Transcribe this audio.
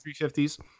350s